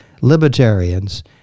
libertarians